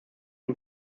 und